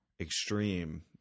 extreme